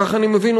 כך אני מבין,